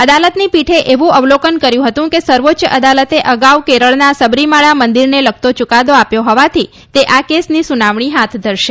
અદાલતની પીઠે એવુ અવલોકન કર્યું હતું કે સર્વોચ્ચ અદાલતે અગાઉ કેરળના સબરીમાળા મંદિરને લગતો ચૂકાદો આવ્યો હોવાથી તે આ કેસની સુનાવણી હાથ ધરશે